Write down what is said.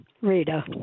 Rita